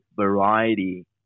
variety